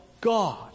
God